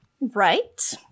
Right